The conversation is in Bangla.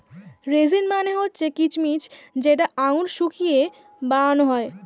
রেজিন মানে হচ্ছে কিচমিচ যেটা আঙুর শুকিয়ে বানানো হয়